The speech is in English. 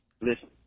listen